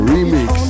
Remix